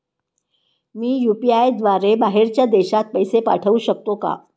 मी UPI द्वारे बाहेरच्या देशात पैसे पाठवू शकतो का?